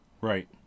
Right